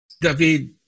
david